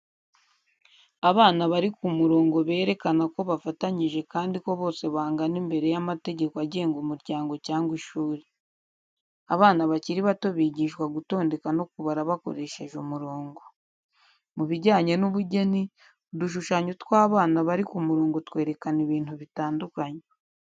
Abana bari ku murongo berekana ko bafatanyije kandi ko bose bangana imbere y'amategeko agenga umuryango cyangwa ishuri. Abana bakiri bato bigishwa gutondeka no kubara bakoresheje umurongo. Mu bijyane n'ubugeni, udushushanyo tw'abana bari ku murongo twerekana ibintu bitandukanye.